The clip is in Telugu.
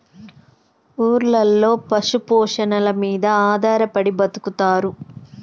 ఊర్లలో పశు పోషణల మీద ఆధారపడి బతుకుతారు